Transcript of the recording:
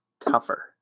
tougher